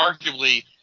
arguably –